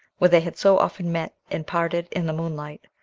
where they had so often met and parted in the moonlight.